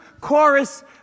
chorus